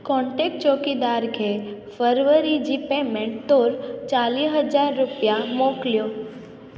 contact चौकीदार खे फरवरी जी पेमेंट तौर चालीह हज़ार रुपिया मोकिलियो